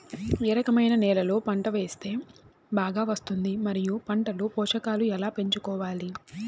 ఏ రకమైన నేలలో పంట వేస్తే బాగా వస్తుంది? మరియు పంట లో పోషకాలు ఎలా పెంచుకోవాలి?